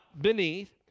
beneath